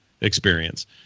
experience